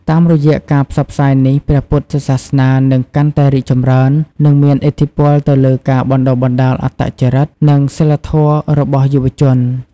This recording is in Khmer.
តាមរយៈការផ្សព្វផ្សាយនេះ ព្រះពុទ្ធសាសនានឹងកាន់តែរីកចម្រើន និងមានឥទ្ធិពលទៅលើការបណ្តុះបណ្តាលអត្តចរិត និងសីលធម៌របស់យុវជន។